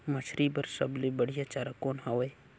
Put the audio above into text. मछरी बर सबले बढ़िया चारा कौन हवय?